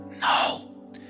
No